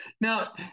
Now